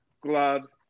gloves